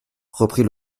reprit